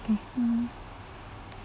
mmhmm